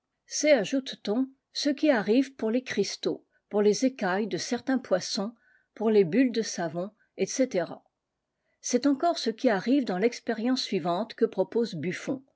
c'est ajoute t on ce qui arrive pour les cristaux pour les écailles de certains poissons pour les bulles de savon etc c'est encore ce qui arrive dans texpérience suivante que propose bufifon